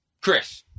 Chris